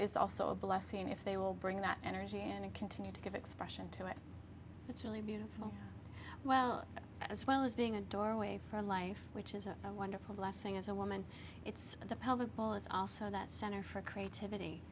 is also a blessing if they will bring that energy and continue to give expression to it it's really beautiful well as well as being a doorway for life which is a wonderful blessing as a woman it's the pelvic ball it's also that center for creativity